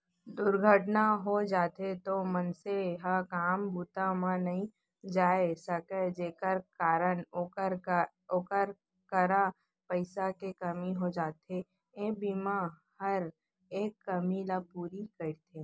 दुरघटना हो जाथे तौ मनसे ह काम बूता म नइ जाय सकय जेकर कारन ओकर करा पइसा के कमी हो जाथे, ए बीमा हर ए कमी ल पूरा करथे